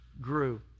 grew